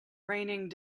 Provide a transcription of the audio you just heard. raining